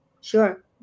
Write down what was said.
Sure